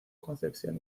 concepción